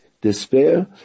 despair